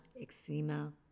eczema